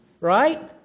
right